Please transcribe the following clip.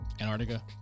Antarctica